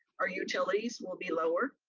our utilities will be lower.